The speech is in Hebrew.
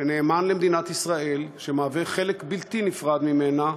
שנאמן למדינת ישראל, שהוא חלק בלתי נפרד ממנה,